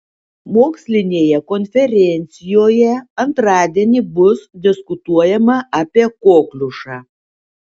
mokslinėje konferencijoje antradienį bus diskutuojama apie kokliušą